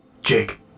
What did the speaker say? Jake